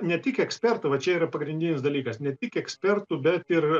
ne tik ekspertų va čia yra pagrindinis dalykas ne tik ekspertų bet ir